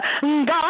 God